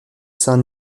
saint